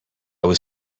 was